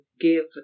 give